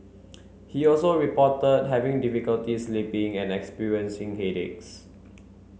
he also reported having difficulty sleeping and experiencing headaches